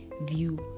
view